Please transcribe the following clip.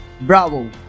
Bravo